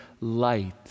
light